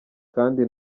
kandi